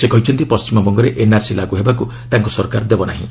ସେ କହିଛନ୍ତି ପଣ୍ଢିମବଙ୍ଗରେ ଏନ୍ଆର୍ସି ଲାଗୁ ହେବାକୁ ତାଙ୍କ ସରକାର ଦେବ ନାହିଁ